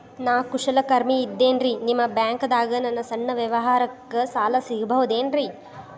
ನಾ ಕುಶಲಕರ್ಮಿ ಇದ್ದೇನ್ರಿ ನಿಮ್ಮ ಬ್ಯಾಂಕ್ ದಾಗ ನನ್ನ ಸಣ್ಣ ವ್ಯವಹಾರಕ್ಕ ಸಾಲ ಸಿಗಬಹುದೇನ್ರಿ?